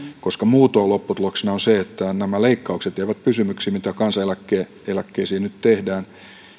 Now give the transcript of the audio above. koska muutoin lopputuloksena on se että nämä leikkaukset jäävät pysyviksi mitä kansaneläkkeisiin nyt tehdään